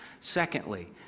secondly